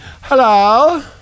Hello